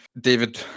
David